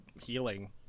healing